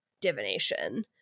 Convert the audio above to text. divination